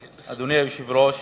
היושב-ראש,